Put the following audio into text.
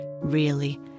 Really